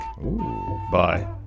Bye